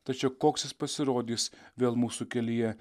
tačiau koks jis pasirodys vėl mūsų kelyje